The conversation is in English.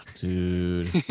dude